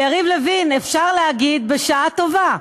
יריב לוין, אפשר להגיד בשעה טובה,